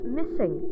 missing